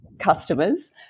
customers